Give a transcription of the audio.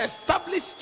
established